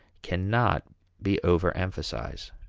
cannot be over-emphasized.